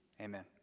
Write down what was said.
Amen